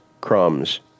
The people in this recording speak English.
crumbs